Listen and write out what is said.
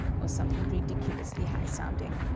or something ridiculously high-sounding.